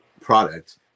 product